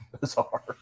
bizarre